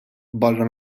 barra